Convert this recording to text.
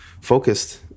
focused